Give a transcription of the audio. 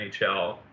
NHL